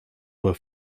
were